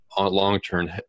long-term